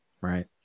right